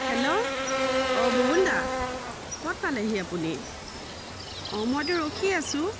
hello অঁ বুবুল দা ক'ত পালেহি আপুনি অঁ মইতো ৰখিয়ে আছোঁ